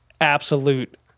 absolute